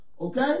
Okay